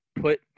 put